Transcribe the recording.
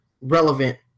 relevant